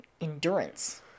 endurance